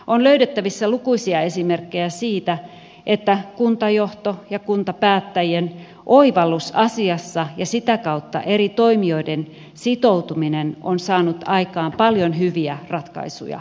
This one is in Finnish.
on löydettävissä lukuisia esimerkkejä siitä että kuntajohdon ja kuntapäättäjien oivallus asiassa ja sitä kautta eri toimijoiden sitoutuminen on saanut aikaan paljon hyviä ratkaisuja ja käytäntöjä